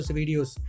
videos